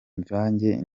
mvange